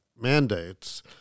mandates